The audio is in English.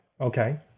Okay